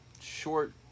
short